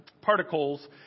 particles